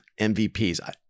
MVPs